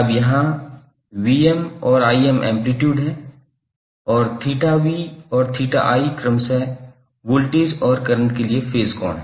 अब यहाँ और एम्पलीट्यूड हैं और 𝜃𝑣 और 𝜃i क्रमशः वोल्टेज और करंट के लिए फेज़ कोण हैं